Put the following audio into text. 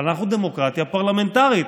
אבל אנחנו דמוקרטיה פרלמנטרית,